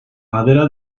madera